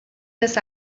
this